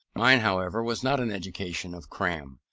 mine, however, was not an education of cram.